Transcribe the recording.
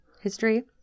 history